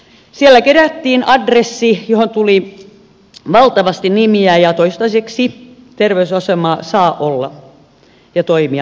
siellä kerättiin adressi johon tuli valtavasti nimiä ja toistaiseksi terveysasema saa olla ja toimia